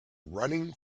running